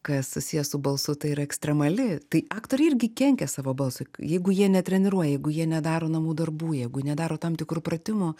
kas susiję su balsu tai yra ekstremali tai aktoriai irgi kenkia savo balsui jeigu jie netreniruoja jeigu jie nedaro namų darbų jeigu nedaro tam tikrų pratimų